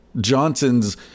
Johnson's